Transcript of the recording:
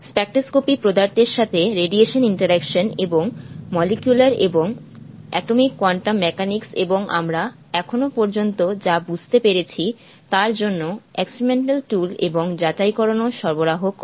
spectroscopy পদার্থের সাথে radiation interaction এবং মলিকুলার এবং এটোমিক কোয়ান্টাম মেকানিক্সে এবং আমরা এখনও পর্যন্ত যা বুঝতে পেরেছি তার জন্য এক্সপেরিমেন্টাল টুল এবং যাচাইকরণও সরবরাহ করে